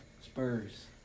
Spurs